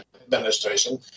administration